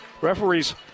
Referees